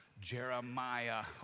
Jeremiah